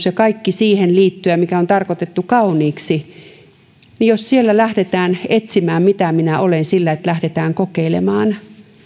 ja kaikesta siihen liittyvästä mikä on tarkoitettu kauniiksi että jos siellä lähdetään etsimään mitä minä olen sillä että lähdetään kokeilemaan silloin